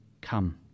come